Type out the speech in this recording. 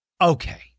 Okay